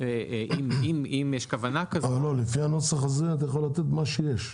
אם יש כוונה כזאת --- לפי הנוסח הזה אתה יכול לתת מה שיש.